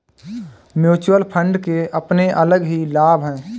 mutual fund के अपने अलग ही लाभ हैं